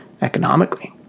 economically